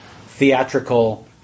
theatrical